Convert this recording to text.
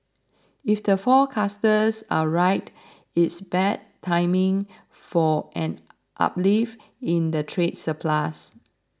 if the forecasters are right it's bad timing for an uplift in the trade surplus